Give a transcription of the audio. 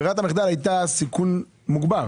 ברירת המחדל הייתה סיכון מוגבר.